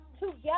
together